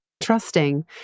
trusting